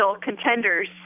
contenders